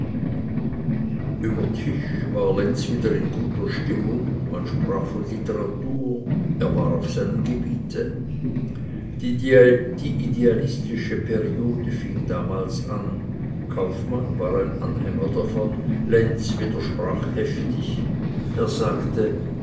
tisch war lenz wieder in guter stimmung man sprach von literatur er war auf seinem gebiete die idealistische periode fing damals an kaufmann war ein anhänger davon lenz widersprach heftig er sagte